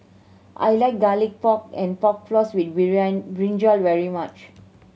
I like Garlic Pork and Pork Floss with brinjal very much